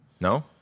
No